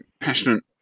passionate